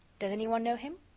does anyone know him?